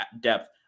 depth